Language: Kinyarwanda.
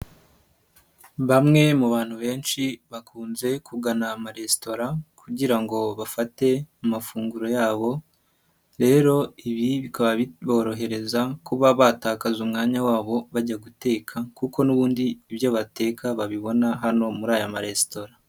Bamwe mu bantu benshi bakunze kugana amaresitora kugira ngo bafate amafunguro yabo, rero ibi bikaba biborohereza kuba batakaza umwanya wabo bajya guteka kuko n'ubundi ibyo batekaga babibona hano muri aya maresitora.